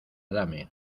dame